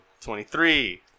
twenty-three